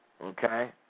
Okay